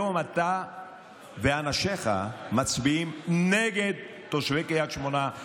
היום אתה ואנשיך מצביעים נגד תושבי קריית שמונה,